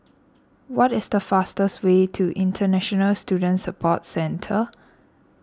what is the fastest way to International Student Support Centre